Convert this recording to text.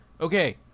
Okay